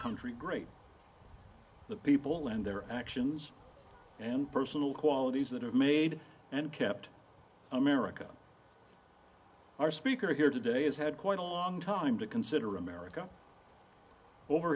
country great the people and their actions and personal qualities that have made and kept america our speaker here today has had quite a long time to consider america over